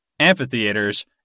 amphitheaters